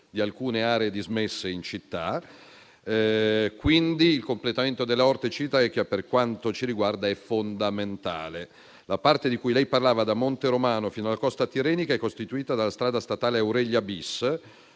di alcune aree dismesse in città. Quindi il completamento della Orte-Civitavecchia, per quanto ci riguarda, è fondamentale. Senatore, la parte di cui lei parlava, da Monte Romano fino alla costa tirrenica, è costituita dalla strada statale Aurelia bis,